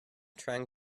trying